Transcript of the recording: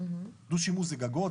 דו-שימוש זה גגות,